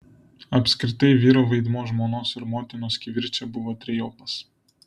apskritai vyro vaidmuo žmonos ir motinos kivirče buvo trejopas